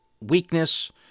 weakness